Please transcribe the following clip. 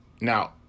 Now